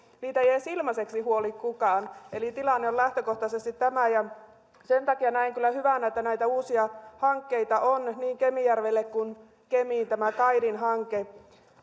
niitä ei edes ilmaiseksi huoli kukaan eli tilanne on lähtökohtaisesti tämä sen takia näen kyllä hyvänä että näitä uusia hankkeita on niin kemijärvelle kuin kemiin tämä kaidin hanke